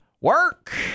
work